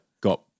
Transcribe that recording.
got